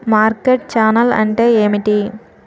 Market channel అంటే ఏమిటి?